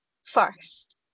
First